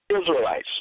Israelites